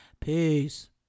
Peace